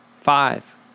five